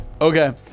Okay